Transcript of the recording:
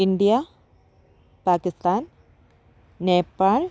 India Pakistan Nepal